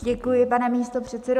Děkuji, pane místopředsedo.